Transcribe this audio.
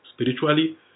spiritually